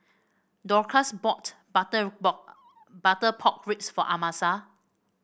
Dorcas bought butter Butter Pork Ribs for Amasa